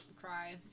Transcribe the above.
cry